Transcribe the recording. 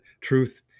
truth